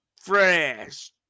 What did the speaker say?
fresh